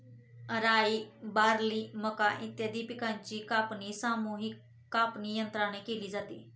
राई, बार्ली, मका इत्यादी पिकांची कापणी सामूहिक कापणीयंत्राने केली जाते